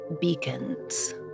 beacons